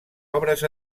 obres